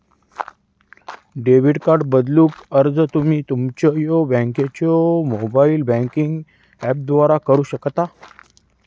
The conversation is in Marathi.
डेबिट कार्ड बदलूक अर्ज तुम्ही तुमच्यो बँकेच्यो मोबाइल बँकिंग ऍपद्वारा करू शकता